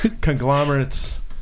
conglomerates